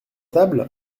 table